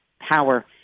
power